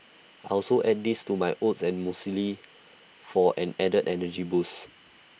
I also add these to my oats or muesli for an added energy boost